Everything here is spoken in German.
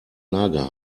lager